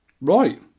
Right